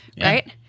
Right